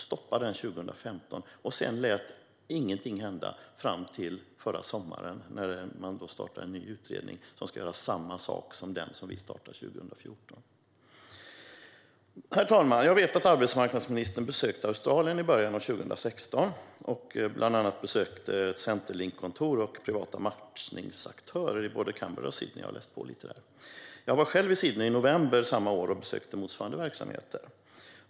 Sedan lät hon ingenting hända fram till förra sommaren när en ny utredning startades, som ska göra samma sak som den vi startade 2014. Herr talman! Jag vet att arbetsmarknadsministern besökte Australien i början av 2016 och bland annat besökte ett Centrelinkkontor och privata matchningsaktörer i Canberra och Sydney - jag har läst på lite. Jag var själv i Sydney i november samma år och besökte motsvarande verksamheter.